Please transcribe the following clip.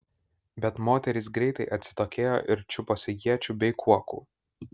bet moterys greitai atsitokėjo ir čiuposi iečių bei kuokų